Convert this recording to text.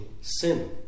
sin